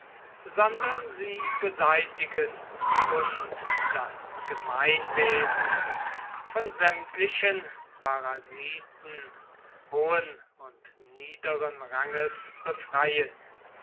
sondern sie beseitigen und das gemeinwesen von sämtlichen parasiten hohen und niederen ranges befreien